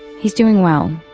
he is doing well,